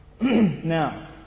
Now